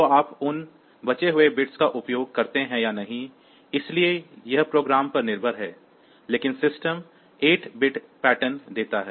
तो आप उन बचे हुए बिट्स का उपयोग करते हैं या नहीं इसलिए यह प्रोग्राम पर निर्भर है लेकिन सिस्टम 8 बिट पैटर्न देता है